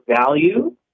value